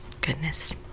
Goodness